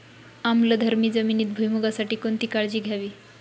आम्लधर्मी जमिनीत भुईमूगासाठी कोणती काळजी घ्यावी?